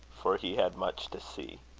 for he had much to see.